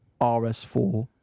RS4